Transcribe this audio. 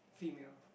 female